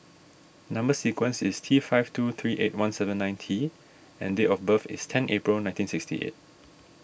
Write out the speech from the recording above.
Number Sequence is T five two three eight one seven nine T and date of birth is ten April nineteen sixty eight